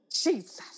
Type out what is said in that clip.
Jesus